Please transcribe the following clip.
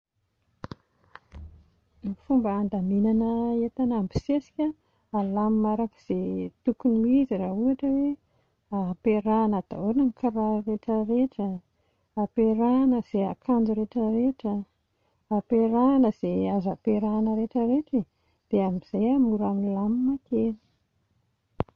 Ny fomba handaminana entana mibosesika, alamina araka izay tokony ho izy raha ohatra hoe ampiarahana daholo ny kiraro rehetrarehetra, ampiarahana izay akanjo rehetrarehetra, ampiarahana izay azo ampiarahana rehetrarehetra e, dia amin'izay mora milamina kely.